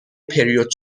پریود